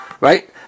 right